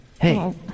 hey